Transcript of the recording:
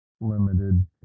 limited